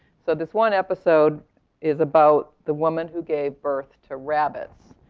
so this one episode is about the woman who gave birth to rabbits.